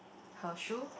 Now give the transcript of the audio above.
her shoe